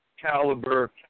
caliber